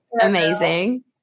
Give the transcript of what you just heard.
Amazing